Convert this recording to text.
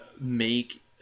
make –